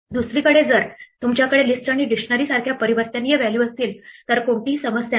दुसरीकडे जर तुमच्याकडे लिस्ट आणि डिक्शनरी सारख्या परिवर्तनीय व्हॅल्यू असतील तर कोणतीही समस्या नाही